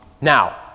now